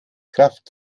kraft